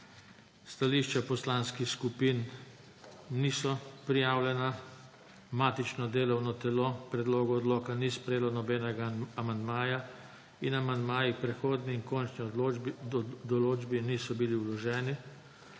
Stališča poslanskih skupin niso prijavljena. Matično delovno telo k predlogu odloka ni sprejelo nobenega amandmaja in amandmaji k prehodni in končni določbi niso bili vloženi.